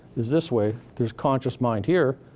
is this way. there's conscious mind here,